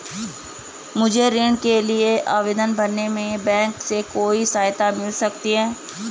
मुझे ऋण के लिए आवेदन भरने में बैंक से कोई सहायता मिल सकती है?